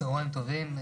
צוהריים טובים.